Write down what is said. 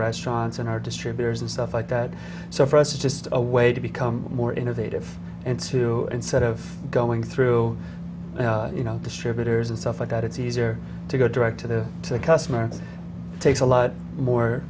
restaurants in our distributors and stuff like that so for us is just a way to become more innovative and to instead of going through you know distributors and stuff like that it's easier to go direct to the customers takes a lot more